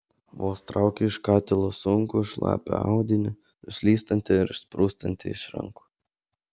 vos traukė iš katilo sunkų šlapią audinį nuslystantį ir sprūstantį iš rankų